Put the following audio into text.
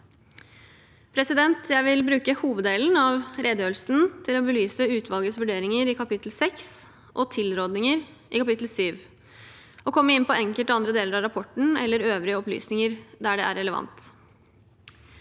2024 Jeg vil bruke hoveddelen av redegjørelsen til å belyse utvalgets vurderinger i kapittel 6 og tilrådinger i kapittel 7, og komme inn på enkelte andre deler av rapporten eller øvrige opplysninger der det er relevant.